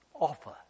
offer